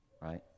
Right